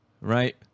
right